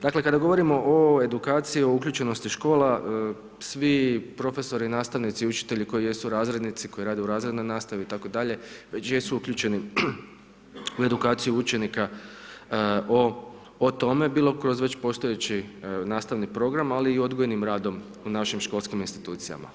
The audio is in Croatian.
Dakle, kada govorimo o edukciji uključenosti škola svi profesori, nastavnici, učitelji koji jesu razrednici, koji rade u razrednoj nastavi itd. već jesu uključeni u edukaciju učenika o tome bilo kroz već postojeći nastavni program ali i odgojnim radom u našim školskim institucijama.